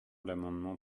l’amendement